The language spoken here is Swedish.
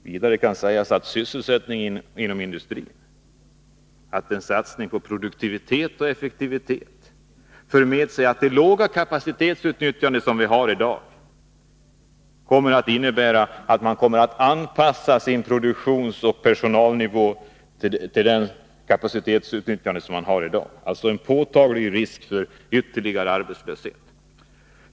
Vidare kan nämnas om sysselsättningen inom industrin, att en satsning på produktivitet och effektivitet för med sig att man anpassar sin produktionsoch personalnivå till det låga kapacitetsutnyttjande som man har i dag. Det innebär alltså en påtaglig risk för ytterligare arbetslöshet.